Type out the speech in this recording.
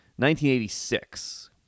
1986